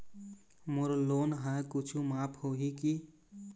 मोर loan हा कुछू माफ होही की?